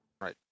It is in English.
Right